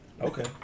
Okay